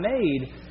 made